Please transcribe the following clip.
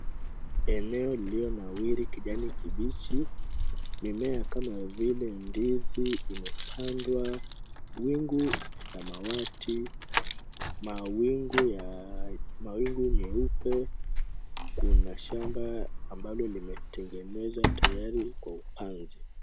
Eneo iliyo nawiri kijani kibichi. Mimea kama vile ndizi imepandwa. Wingu ni samawati, mawingu nyeupe. Kuna shamba ambalo limetengenezwa tayari kwa upanzi.